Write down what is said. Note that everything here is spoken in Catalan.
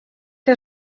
que